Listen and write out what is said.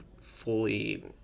fully